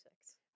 Six